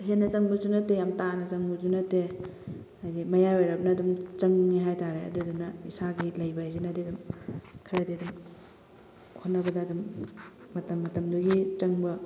ꯍꯦꯟꯅ ꯆꯪꯕꯁꯨ ꯅꯠꯇꯦ ꯌꯥꯝ ꯇꯥꯅ ꯆꯪꯕꯁꯨ ꯅꯠꯇꯦ ꯍꯥꯏꯕꯗꯤ ꯃꯌꯥꯏ ꯑꯣꯏꯔꯞꯅ ꯑꯗꯨꯝ ꯆꯪꯉꯦ ꯍꯥꯏꯇꯥꯔꯦ ꯑꯗꯨꯗꯨꯅ ꯏꯁꯥꯒꯤ ꯂꯩꯕ ꯍꯥꯏꯁꯤꯅꯗꯤ ꯑꯗꯨꯝ ꯈꯔꯗꯤ ꯑꯗꯨꯝ ꯍꯣꯠꯅꯕꯗ ꯑꯗꯨꯝ ꯃꯇꯝ ꯃꯇꯝꯗꯨꯒꯤ ꯆꯪꯕ